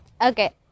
okay